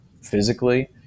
physically